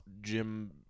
Jim